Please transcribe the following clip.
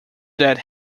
that